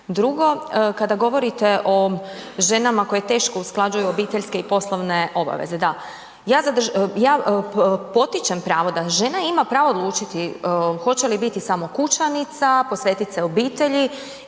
Drugo kada govorite o ženama koje teško usklađuju obiteljske i poslovne obaveze, da, ja potičem pravo da žena ima pravo odlučiti hoće li biti samo kućanica, posvetiti se obitelji